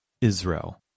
Israel